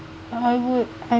I would I'm